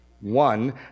One